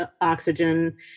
oxygen